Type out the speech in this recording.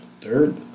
Third